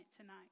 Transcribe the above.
tonight